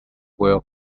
world